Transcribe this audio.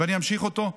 ואני אמשיך אותו.